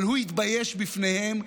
אבל הוא יתבייש בפניהם,